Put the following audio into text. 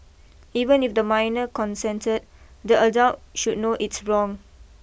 even if the minor consented the adult should know it's wrong